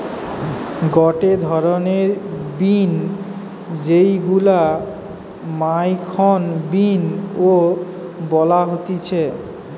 গটে ধরণের বিন যেইগুলো মাখন বিন ও বলা হতিছে